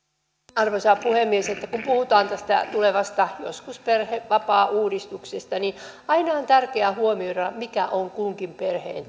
arvoisa puhemies kun puhutaan tästä joskus tulevasta perhevapaauudistuksesta niin aina on tärkeää huomioida mikä on kunkin perheen